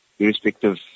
Irrespective